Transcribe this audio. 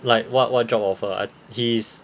like what what job offer I he's